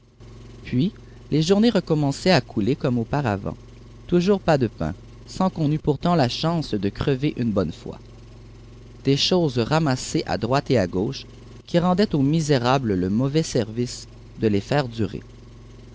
puis les journées recommençaient à couler comme auparavant toujours pas de pain sans qu'on eût pourtant la chance de crever une bonne fois des choses ramassées à droite et à gauche qui rendaient aux misérables le mauvais service de les faire durer